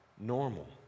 normal